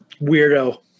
Weirdo